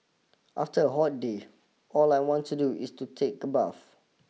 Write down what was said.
after a hot day all I want to do is to take a bath